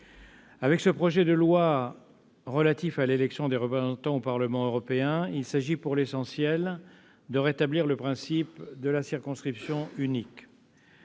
Avec ce projet de loi relatif à l'élection des représentants au Parlement européen, il s'agit, pour l'essentiel, de rétablir le principe de la circonscription unique.